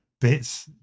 bits